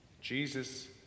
Jesus